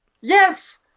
Yes